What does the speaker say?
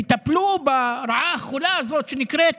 תטפלו ברעה החולה הזאת שנקראת